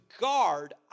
guard